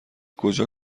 کجا